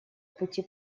пути